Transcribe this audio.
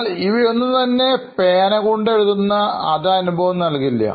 എന്നാൽ ഇവയൊന്നും തന്നെ പേന കൊണ്ട് എഴുതുന്ന അതേ അനുഭവം നൽകില്ല